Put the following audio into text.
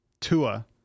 Tua